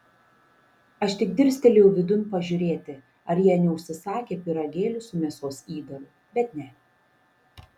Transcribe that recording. aš tik dirstelėjau vidun pažiūrėti ar jie neužsisakę pyragėlių su mėsos įdaru bet ne